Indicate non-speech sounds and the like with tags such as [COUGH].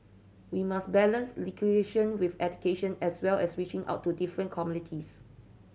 we must balance [UNINTELLIGIBLE] with education as well as reaching out to different communities